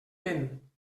vent